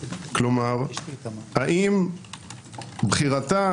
כלומר האם בחירתה,